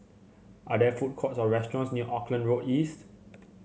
are there food courts or restaurants near Auckland Road East